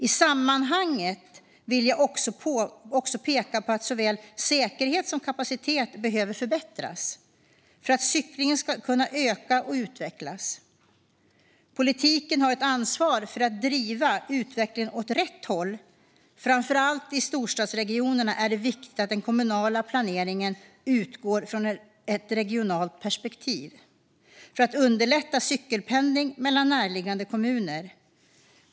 I sammanhanget vill jag också peka på att såväl säkerhet som kapacitet behöver förbättras för att cyklingen ska kunna öka och utvecklas. Politiken har ett ansvar att driva utvecklingen åt rätt håll. Framför allt i storstadsregionerna är det viktigt att den kommunala planeringen utgår från ett regionalt perspektiv för att underlätta cykelpendling mellan närliggande kommuner.